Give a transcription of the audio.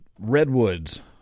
redwoods